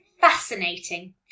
fascinating